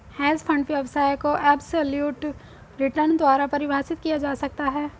hedge fund व्यवसाय को absolute return द्वारा परिभाषित किया जा सकता है